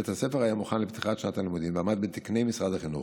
בית הספר היה מוכן לפתיחת שנת הלימודים ועמד בתקני משרד החינוך,